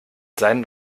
sein